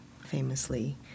famously